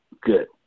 good